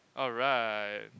alright